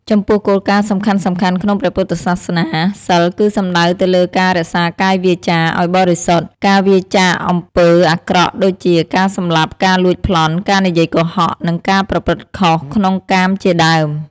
ចំពោះគោលការណ៍សំខាន់ៗក្នុងព្រះពុទ្ធសាសនា សីលគឺសំដៅទៅលើការរក្សាកាយវាចាឲ្យបរិសុទ្ធ ការវៀរចាកអំពើអាក្រក់ដូចជាការសម្លាប់ ការលួចប្លន់ ការនិយាយកុហក និងការប្រព្រឹត្តខុសក្នុងកាមជាដើម។